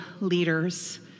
leaders